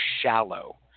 shallow